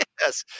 Yes